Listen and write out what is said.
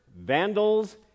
vandals